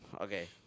Okay